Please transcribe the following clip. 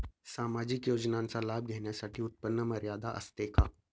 सामाजिक योजनांचा लाभ घेण्यासाठी उत्पन्न मर्यादा असते का?